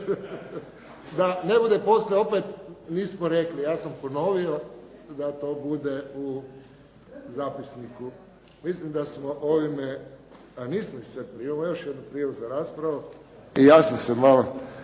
Da ne bude poslije opet nismo rekli, ja sam ponovio da to bude u zapisniku. Mislim da smo ovime… a nismo iscrpili. Imamo još jednu prijavu za raspravu. I ja sam se malo